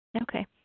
Okay